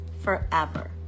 forever